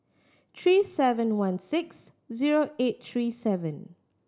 three seven one six zero eight three seven